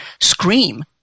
scream